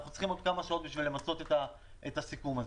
אנחנו צריכים עוד כמה שעות בשביל למצות את הסיכום הזה.